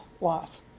life